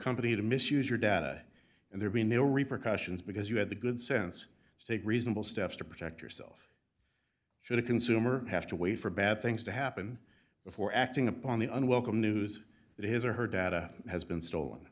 company to misuse your data and there be no repercussions because you had the good sense to take reasonable steps to protect yourself should a consumer have to wait for bad things to happen before acting upon the unwelcome news that his or her data has been stolen